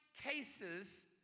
cases